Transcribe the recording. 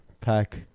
pack